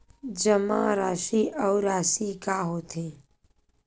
जमा राशि अउ राशि का होथे?